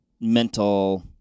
mental